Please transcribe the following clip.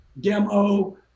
demo